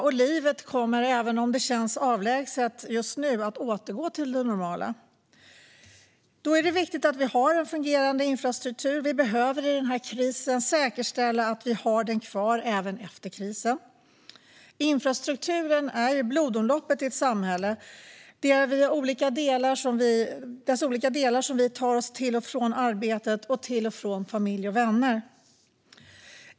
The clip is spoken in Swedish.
Och livet kommer, även om det känns avlägset just nu, att återgå till det normala. Då är det viktigt att vi har en fungerande infrastruktur. Vi behöver i den här krisen säkerställa att vi har den kvar även efter krisen. Infrastrukturen är ju blodomloppet i ett samhälle. Det är via dess olika delar som vi tar oss till och från arbetet och till och från familj och vänner.